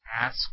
ask